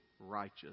righteous